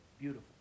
Beautiful